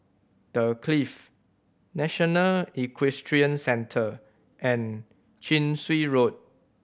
The Clift National Equestrian Centre and Chin Swee Road